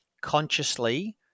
consciously